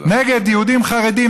נגד יהודים חרדים,